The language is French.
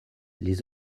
les